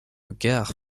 gare